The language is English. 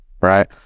right